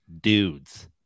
dudes